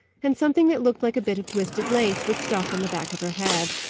and something that looked like a bit of twisted lace was stuck on the back of her head.